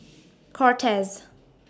Cortez